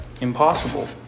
Impossible